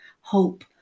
Hope